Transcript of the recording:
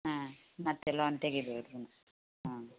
ಹಾಂ ಮತ್ತೆ ಲೋನ್ ತೆಗಿಬೋದು ಹಾಂ